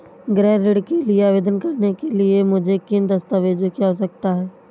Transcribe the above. गृह ऋण के लिए आवेदन करने के लिए मुझे किन दस्तावेज़ों की आवश्यकता है?